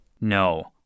No